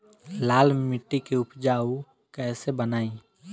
लाल मिट्टी के उपजाऊ कैसे बनाई?